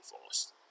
force